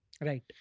Right